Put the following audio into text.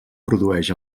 produeix